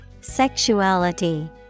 Sexuality